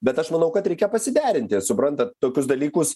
bet aš manau kad reikia pasiderinti suprantat tokius dalykus